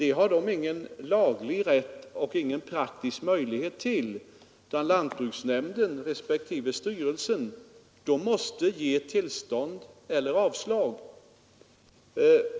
Det har de varken laglig rätt eller praktisk möjlighet till, utan lantbruksnämnden och lantbruksstyrelsen måste avslå framställningen.